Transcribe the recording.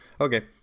okay